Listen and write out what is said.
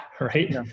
Right